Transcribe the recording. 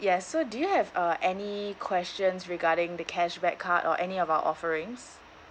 yes so do you have uh any questions regarding the cashback card or any of our offerings